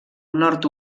nord